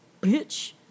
bitch